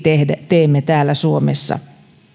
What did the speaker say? teemme täällä suomessa